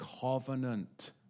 covenant